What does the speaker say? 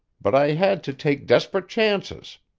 but i had to take desperate chances.